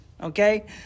okay